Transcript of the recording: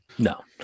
No